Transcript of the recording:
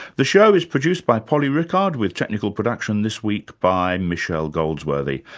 the show is produced by polly rickard with technical production this week by michelle goldsworthy.